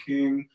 King